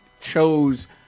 chose